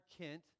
Kent